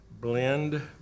blend